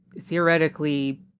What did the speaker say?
theoretically